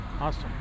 Awesome